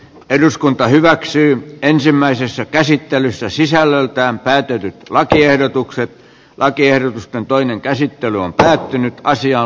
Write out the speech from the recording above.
eduskunta hyväksyy ensimmäisessä käsittelyssä sisällöltään päätetyt lakiehdotukset acer toinen käsittely on voimme puolustaa